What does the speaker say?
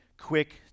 quick